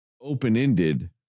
open-ended